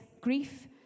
grief